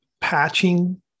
patching